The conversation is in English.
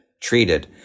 treated